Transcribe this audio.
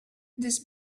this